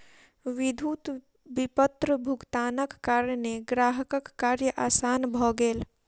विद्युत विपत्र भुगतानक कारणेँ ग्राहकक कार्य आसान भ गेल